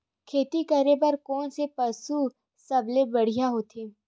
खेती करे बर कोन से पशु सबले बढ़िया होथे?